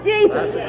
Jesus